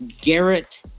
Garrett